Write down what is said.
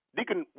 Deacon